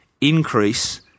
increase